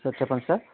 sir చెప్పండి sir